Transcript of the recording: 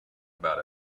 about